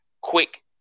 Quick